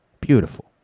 beautiful